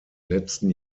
letzten